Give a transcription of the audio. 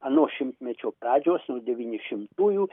ano šimtmečio pradžios nuo devyni šimtųjų